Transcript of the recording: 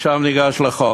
עכשיו ניגש לחוק.